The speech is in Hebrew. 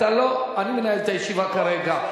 אני מנהל את הישיבה כרגע.